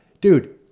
dude